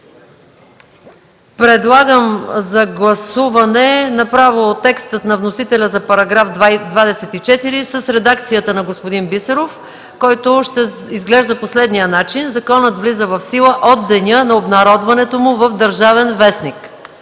Подлагам на гласуване направо текста на вносителя за § 24 с редакцията на господин Бисеров, който ще изглежда по следния начин: „Законът влиза в сила от деня на обнародването му в „Държавен вестник”.”